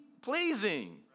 Pleasing